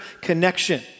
connection